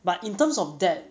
but in terms of that